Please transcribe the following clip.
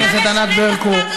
חברת הכנסת ענת ברקו,